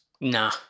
Nah